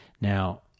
Now